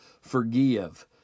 forgive